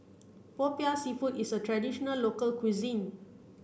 Popiah Seafood is a traditional local cuisine